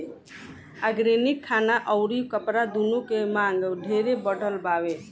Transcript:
organic खाना अउरी कपड़ा दूनो के मांग ढेरे बढ़ल बावे